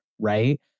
right